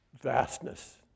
vastness